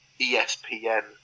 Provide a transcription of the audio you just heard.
ESPN